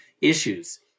issues